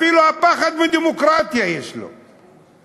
אפילו פחד מדמוקרטיה יש לו.